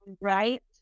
Right